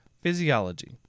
Physiology